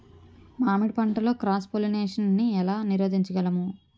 మామిడి పంటలో cross pollination నీ ఏల నీరోధించగలము?